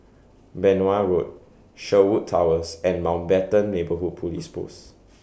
Benoi Road Sherwood Towers and Mountbatten Neighbourhood Police Post